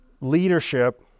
leadership